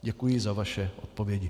Děkuji za vaše odpovědi.